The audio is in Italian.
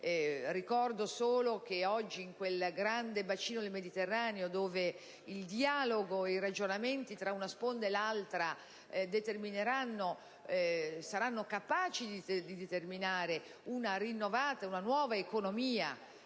Ricordo solo che oggi, in quel grande bacino del Mediterraneo, dove il dialogo e i ragionamenti tra una sponda e l'altra saranno capaci di determinare una nuova economia